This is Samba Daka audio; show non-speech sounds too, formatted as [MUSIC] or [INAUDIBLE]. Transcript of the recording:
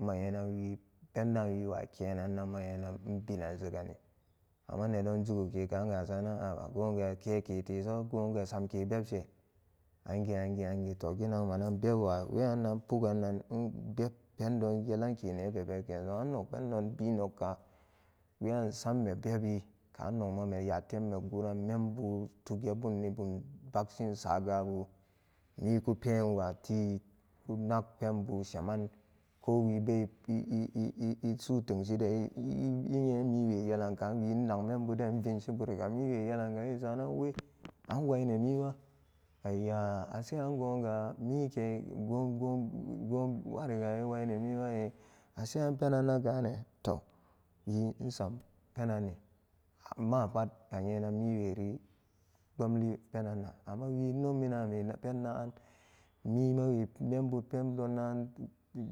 Meyanan wii pendaan wiwa keenan ma nyena nbinan jegani amma dedon juga kekaanga asaran a'a gonga keketeso samke bebke angi angi angi genang manan beb wa weyan pugan pendon yelan ke ne be beb keenso an nog pendon biin nokka weyan nsam bebi kaan nogma mayatemme guram membu tugebuni bum baksin sagabu mi kupe nyam watii kunak penbu sheman ko wibe i'i'i suu tenshi nnyen miwe yalan kaan wii nnag membuden nvinshi buriga nagga i saranan wii [NOISE] an waine miwa ayya ase angoongamike gon gon gon mariga yi wainemiwa ase anpenan na kaane to wisam penanni amapat anyenan mi weri pbonati amma wi nno mina we pennagan mi ma we membu pendon naganso